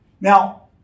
Now